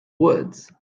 woods